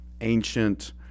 ancient